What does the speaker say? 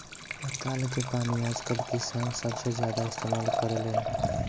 पताल के पानी आजकल किसान सबसे ज्यादा इस्तेमाल करेलेन